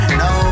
no